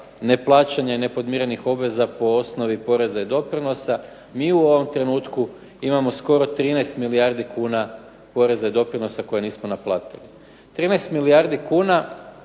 neplaćanje i nepodmirenih obveza po osnovi poreza i doprinosa. Mi u ovom trenutku imamo skoro 13 milijardi kuna poreza i doprinosa koje nismo naplatili. 13 milijardi kuna,